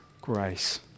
grace